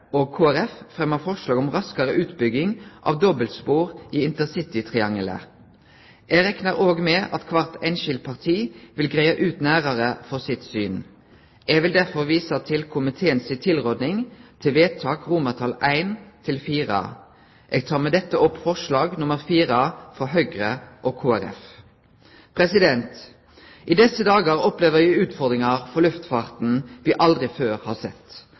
og Kristeleg Folkeparti fremjar forslag om raskare utbygging av dobbeltspor i intercitytriangelet. Eg reknar med at kvart einskild parti vil gjere nærare greie for sitt syn. Eg vil derfor vise til komiteen si tilråding til vedtak, I–IV. Eg tek med dette opp forslag nr. 4, frå Høgre og Kristeleg Folkeparti. I desse dagar opplever me utfordringar for luftfarten som me aldri før har sett.